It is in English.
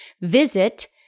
Visit